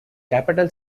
capital